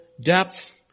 depth